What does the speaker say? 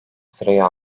sırayı